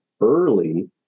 early